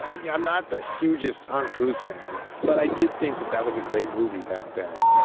ah yeah, i'm not the hugest tom cruise fan, but i did think that that was a great movie back then.